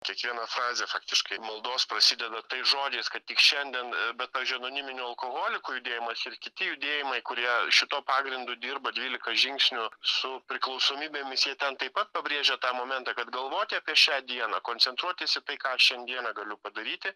kiekviena frazė faktiškai maldos prasideda tais žodžiais kad tik šiandien bet pavyzdžiui anoniminių alkoholikų judėjimas ir kiti judėjimai kurie šituo pagrindu dirba dvylika žingsnių su priklausomybėmis jie ten taip pat pabrėžia tą momentą kad galvoti apie šią dieną koncentruotis į tai ką šiandieną galiu padaryti